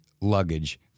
luggage